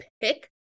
pick